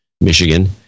Michigan